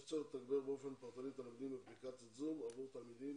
יש צורך לתגבר באופן פרטני את הלומדים באפליקציית זום עבור תלמידים